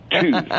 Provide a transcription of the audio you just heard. two